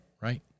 right